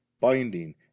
binding